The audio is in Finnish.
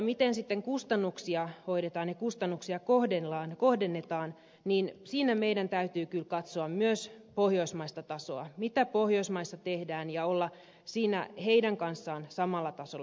miten sitten kustannuksia hoidetaan ja kohdennetaan siinä meidän täytyy kyllä katsoa myös pohjoismaista tasoa mitä pohjoismaissa tehdään ja olla heidän kanssaan samalla tasolla